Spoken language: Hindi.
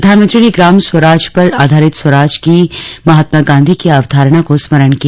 प्रधानमंत्री ने ग्राम स्वराज पर आधारित स्वराज की महात्मा गांधी की अवधारणा को स्मरण किया